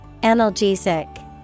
Analgesic